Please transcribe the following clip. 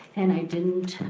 and i didn't,